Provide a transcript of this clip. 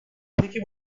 peki